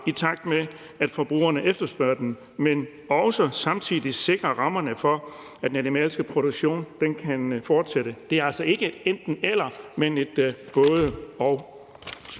i takt med at forbrugerne efterspørger dem, men vi skal også samtidig sikre rammerne for, at den animalske produktion kan fortsætte. Det er altså ikke et enten-eller, men et både-og.